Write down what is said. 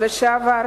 מדובר בפליטי השואה,